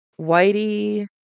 Whitey